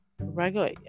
regular